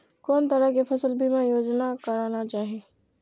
कोन तरह के फसल बीमा योजना कराना चाही?